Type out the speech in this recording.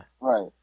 Right